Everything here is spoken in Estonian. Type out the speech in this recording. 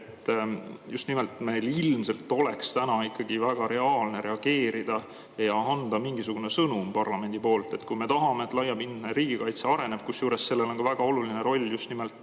Just nimelt, meil ilmselt oleks ikkagi väga reaalne reageerida ja anda mingisugune sõnum parlamendi poolt, kui me tahame, et laiapindne riigikaitse areneb. Kusjuures sellel on ka väga oluline roll just nimelt